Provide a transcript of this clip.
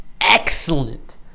excellent